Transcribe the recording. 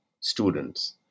students